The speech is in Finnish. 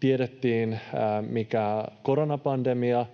tiedettiin, mitä koronapandemia